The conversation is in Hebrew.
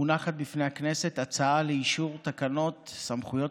מונחת בפני הכנסת הצעה לאישור תקנות סמכויות